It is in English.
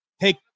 take